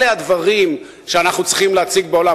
אלה הדברים שאנחנו צריכים להציג בעולם.